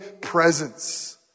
presence